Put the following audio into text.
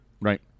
Right